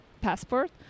passport